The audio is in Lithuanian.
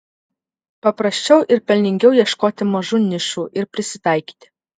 paprasčiau ir pelningiau ieškoti mažų nišų ir prisitaikyti